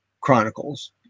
Chronicles